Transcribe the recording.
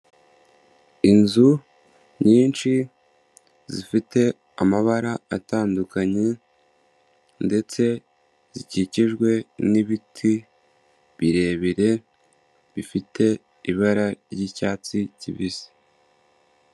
Inzu nyinshi zifite amabara atandukanye ndetse zikikijwe n'ibiti birebire bifite ibara ry'icyatsi kibisi.